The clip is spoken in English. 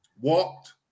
walked